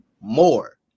more